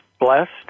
blessed